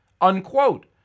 unquote